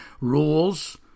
rules